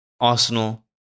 Arsenal